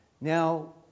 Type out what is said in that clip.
Now